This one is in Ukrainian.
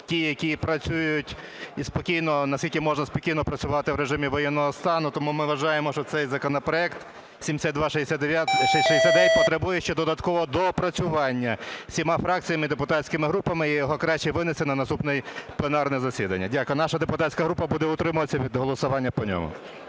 ті, які працюють і спокійно, наскільки можна спокійно працювати в режимі воєнного стану. Тому ми вважаємо, що цей законопроект 7269 потребує ще додаткового доопрацювання всіма фракціями і депутатськими групами. Його краще винести на наступне пленарне засідання. Дякую. Наша депутатська група буде утримуватися від голосування по ньому.